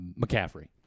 McCaffrey